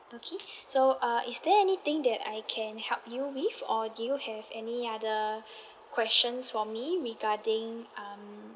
okay so uh is there anything that I can help you with or do you have any other questions for me regarding um